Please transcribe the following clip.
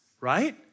right